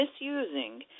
misusing